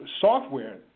software